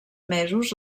mesos